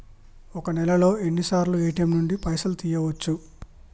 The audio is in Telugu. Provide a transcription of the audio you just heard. ఒక్క నెలలో ఎన్నిసార్లు ఏ.టి.ఎమ్ నుండి పైసలు తీయచ్చు?